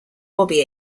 bobby